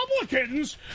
Republicans